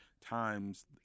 times